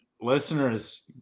listeners